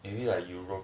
you you got